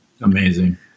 amazing